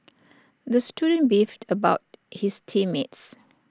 the student beefed about his team mates